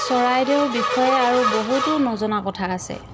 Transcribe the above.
চৰাইদেউৰ বিষয়ে আৰু বহুতো নজনা কথা আছে